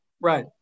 Right